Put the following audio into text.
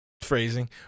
Phrasing